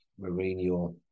Mourinho